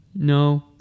No